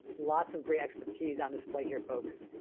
lots of great expertise on display here, folks.